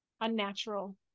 unnatural